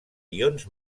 ions